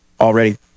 already